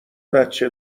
بچه